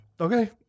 okay